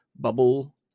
bubble